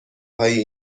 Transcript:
هایی